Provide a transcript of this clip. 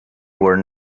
were